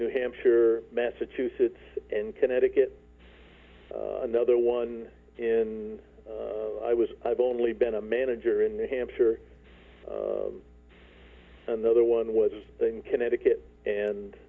new hampshire massachusetts and connecticut another one in i was i've only been a manager in new hampshire and the other one was in connecticut